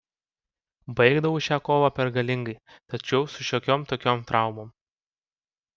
baigdavau šią kovą pergalingai tačiau su šiokiom tokiom traumom